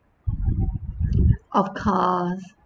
of course